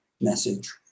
message